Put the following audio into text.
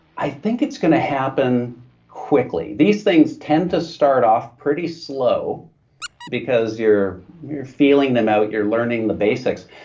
i think it's going to happen quickly. these things tend to start off pretty slow because you're you're feeling them out, you're learning the basics,